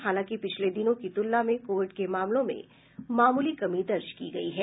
हालांकि पिछले दिनों की तुलना में कोविड के मामलों में मामूली कमी दर्ज की गई है